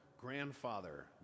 grandfather